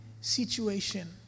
situation